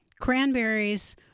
cranberries